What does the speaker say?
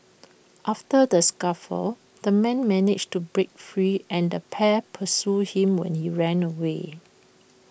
after the scuffle the man managed to break free and the pair pursued him when he ran away